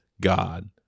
God